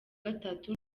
gatatu